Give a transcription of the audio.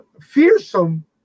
fearsome